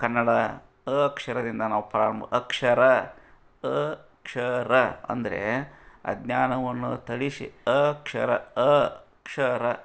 ಕನಡ ಅ ಅಕ್ಷರದಿಂದ ನಾವು ಪ್ರಾರಂಭ ಅಕ್ಷರ ಅ ಕ್ಷ ರ ಅಂದರೆ ಅಜ್ಞಾನವನ್ನು ತಳಿಸಿ ಅಕ್ಷರ ಅಕ್ಷರ